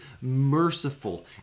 merciful